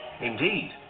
Indeed